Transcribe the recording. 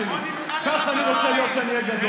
סיפרתם לציבור שאתם פופאי,